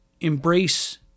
embrace